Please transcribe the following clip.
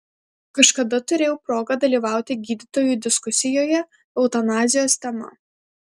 kažkada turėjau progą dalyvauti gydytojų diskusijoje eutanazijos tema